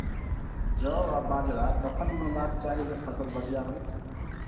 जौ आ बाजरा कखन बुनबाक चाहि जँ फसल बढ़िया होइत?